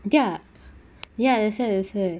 ya ya that's why that's why